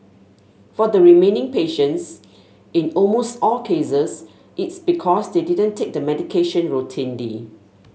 for the remaining patients in almost all cases it is because they didn't take the medication routinely